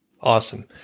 Awesome